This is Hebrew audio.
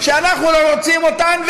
ואנחנו לא רוצים אותן,